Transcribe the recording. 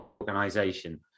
organization